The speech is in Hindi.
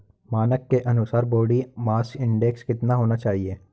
मानक के अनुसार बॉडी मास इंडेक्स कितना होना चाहिए?